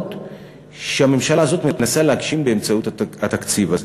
המטרות שהממשלה הזאת מנסה להגשים באמצעות התקציב הזה.